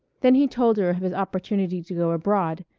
then he told her of his opportunity to go abroad,